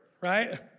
right